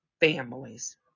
families